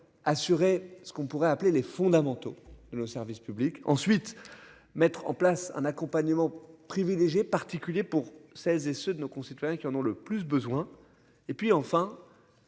assurer ce qu'on pourrait appeler les fondamentaux de nos services publics ensuite mettre en place un accompagnement privilégié particulier pour celles et ceux de nos concitoyens qui en ont le plus besoin. Et puis enfin.